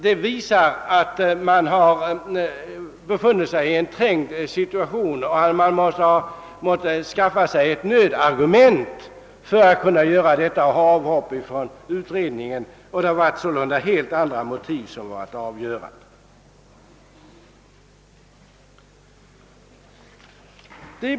Detta visar att man varit i en trängd situation och att man måste skaffa sig ett nödargument för att kunna göra avhoppet från utredningen, medan helt andra motiv än de angivna varit avgörande.